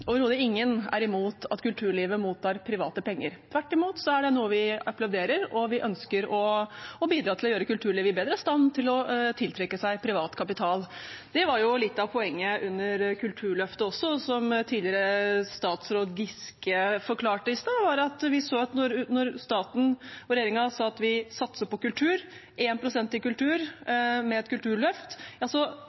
overhodet ingen – er imot at kulturlivet mottar private penger. Tvert imot er det noe vi applauderer, og vi ønsker å bidra til å gjøre kulturlivet bedre i stand til å tiltrekke seg privat kapital. Det var jo litt av poenget under Kulturløftet også, som tidligere statsråd Giske forklarte i stad, at vi så at når staten, regjeringen, sa at vi satser på kultur, 1 pst. til kultur, med et kulturløft,